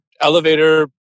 elevator